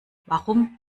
warum